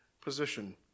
position